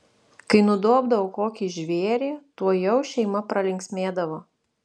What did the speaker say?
kai nudobdavo kokį žvėrį tuojau šeima pralinksmėdavo